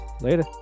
Later